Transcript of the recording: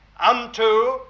Unto